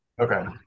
Okay